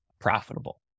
profitable